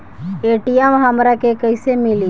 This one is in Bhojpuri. ए.टी.एम हमरा के कइसे मिली?